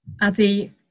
Adi